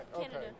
canada